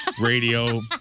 radio